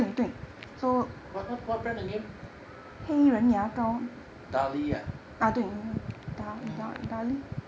what brand again darlie ah oh